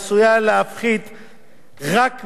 רק מהתוספת בעד המדד.